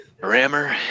Rammer